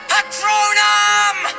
Patronum